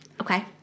Okay